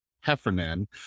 heffernan